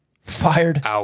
fired